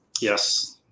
yes